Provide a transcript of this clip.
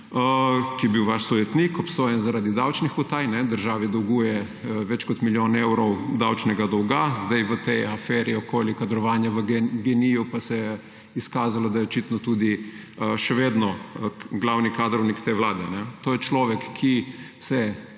ki je bil vaš sojetnik, obsojen zaradi davčnih utaj, državi dolguje več kot milijon evrov davčnega dolga. Zdaj v tej aferi okoli kadrovanja v Gen-I pa se je izkazalo, da je očitno tudi še vedno glavni kadrovnik te vlade. To je človek, ki se